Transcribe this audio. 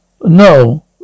No